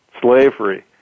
slavery